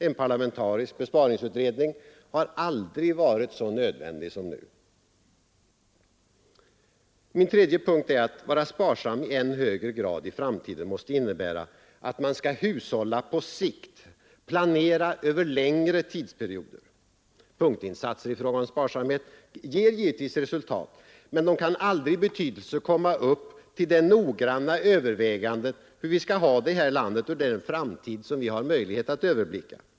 En parlamentarisk besparingsutredning har aldrig varit så nödvändig som nu. Min tredje punkt är: Att vara sparsam måste innebära att man skall hushålla på sikt, planera över längre tidsperioder. Punktinsatser i fråga om sparsamhet ger givetvis resultat, men de kan aldrig i betydelse komma upp till det noggranna övervägandet av hur vi skall ha det i det här landet under den framtid som vi har möjlighet överblicka.